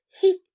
He